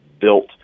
built